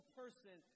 person